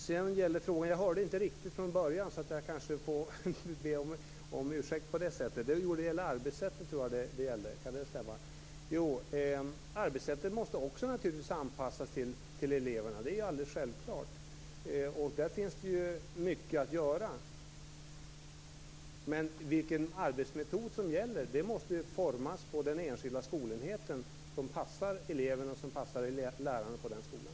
Sedan hörde jag inte riktigt den andra frågan från början, så jag får kanske be om ursäkt för det. Jag tror att gällde arbetssättet. Kan det stämma? Arbetssättet måste naturligtvis också anpassas till eleverna. Det är alldeles självklart. Här finns det mycket att göra. Men den arbetsmetod som skall gälla måste formas på den enskilda skolenheten, så att den passar eleverna och lärarna på den skolan.